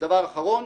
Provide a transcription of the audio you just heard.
ודבר אחרון,